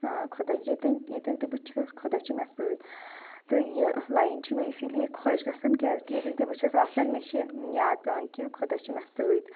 خۄدا ییٚتٮ۪ن ییٚتٮ۪ن تہِ بہٕ چھٮ۪س خۄدا چھُ مےٚ سۭتۍ تہٕ یہِ لَیِن چھِ مےٚ اسی لیے خۄش گژھان کیازِکہِ ییٚتٮ۪ن تہِ بہٕ چھٮ۪س آسان مےٚ چھِ یاد پٮ۪وان کہ خۄدا چھِ مےٚ سۭتۍ